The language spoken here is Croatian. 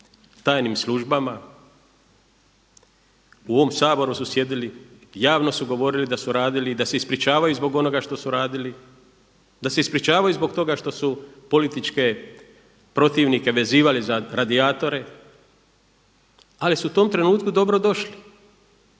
tajnim službama, u ovom Saboru su sjedili, javno su govorili da su radili i da se ispričavaju zbog onoga što su radili, da se ispričavaju zbog toga što su političke protivnike vezivali za radijatore, ali su u tom trenutku dobro došli,